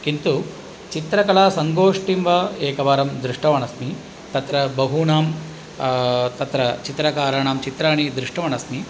किन्तु चित्रकलासङ्गोष्टीं वा एकवारं दृष्टवान् अस्मि तत्र बहूनां तत्र चित्रकाराणां चित्राणि दृष्टवान् अस्मि